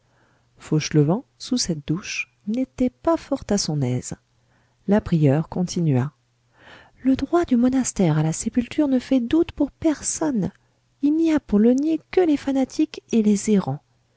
fauchelevent sous cette douche n'était pas fort à son aise la prieure continua le droit du monastère à la sépulture ne fait doute pour personne il n'y a pour le nier que les fanatiques et les errants